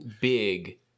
big